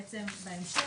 בעצם בהמשך,